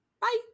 bye